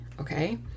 okay